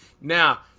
Now